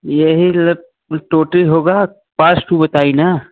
यही लग ये टोंटी होगा पाँच ठो बताई ना